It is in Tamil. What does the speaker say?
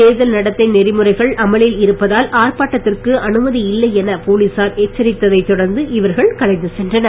தேர்தல் நடத்தை நெறிமுறைகள் அமலில் இருப்பதால் ஆர்ப்பாட்டத்திற்கு அனுமதி இல்லை என போலீசார் எச்சரித்ததைத் தொடர்ந்து இவர்கள் கலைந்து சென்றனர்